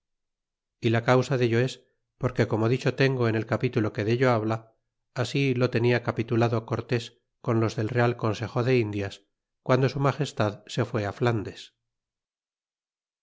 y la causa dello es porque como dicho tengo en el capitulo que dello habla así lo tenia capitulado cortés con los del real consejo de indias guando su magestad se fue á flandes